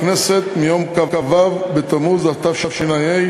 כ"ו בתמוז התשע"ה,